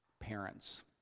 Parents